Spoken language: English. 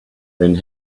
then